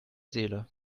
seele